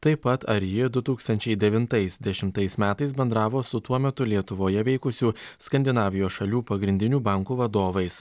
taip pat ar ji du tūkstančiai devintais dešimtais metais bendravo su tuo metu lietuvoje veikusių skandinavijos šalių pagrindinių bankų vadovais